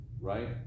right